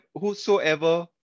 whosoever